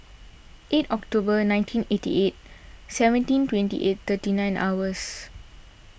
eight Octorber nineteen eighty eight seventeen twenty eight thirty nine hours